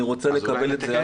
אני רוצה לקבל את זה.